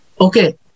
Okay